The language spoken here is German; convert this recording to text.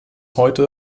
heute